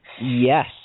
Yes